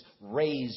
raised